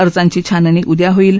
अर्जांची छाननी उद्या होईल